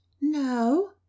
no